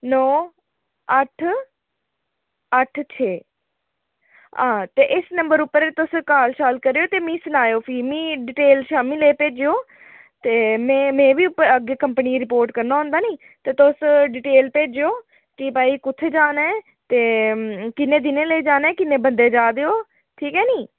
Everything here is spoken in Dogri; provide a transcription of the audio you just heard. नौ अट्ठ अट्ठ छे हां ते इस नंबर उप्पर तुस काल शाल करेओ ते मिगी सनाएओ फ्ही मी डिटेल शामीं लै भेजेओ ते में में बी उप्पर अग्गें कंपनी गी रिपोर्ट करना होंदा निं ते तुस डिटेल भेजेओ कि भाई कुत्थै जाना ऐ ते किन्ने दिनै लेई जाना ऐ किन्ने बंदे जा दे ओ ठीक ऐ निं